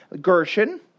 Gershon